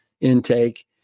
intake